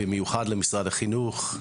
במיוחד למשרד החינוך,